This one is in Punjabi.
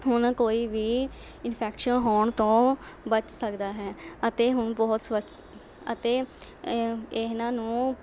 ਹੁਣ ਕੋਈ ਵੀ ਇੰਨਫੈਕਸ਼ਨ ਹੋਣ ਤੋਂ ਬੱਚ ਸਕਦਾ ਹੈ ਅਤੇ ਹੁਣ ਬਹੁਤ ਸਵਸ ਅਤੇ ਇਹਨਾਂ ਨੂੰ